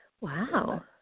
Wow